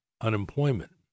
unemployment